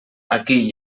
aquí